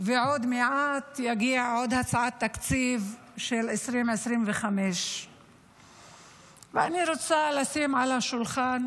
ועוד מעט תגיע עוד הצעת תקציב של 2025. ואני רוצה לשים על השולחן